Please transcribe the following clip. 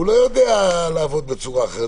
הוא לא יודע לעבוד בצורה אחרת,